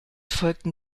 folgten